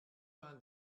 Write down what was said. vingt